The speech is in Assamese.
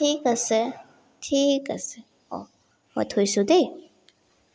ঠিক আছে ঠিক আছে অঁ মই থৈছোঁ দেই